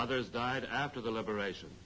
others died after the liberation